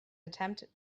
attempt